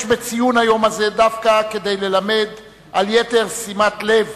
יש בציון היום הזה דווקא כדי ללמד על יתר שימת לב